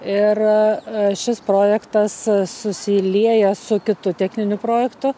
ir šis projektas susilieja su kitu techniniu projektu